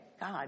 God